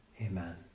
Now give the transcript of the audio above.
Amen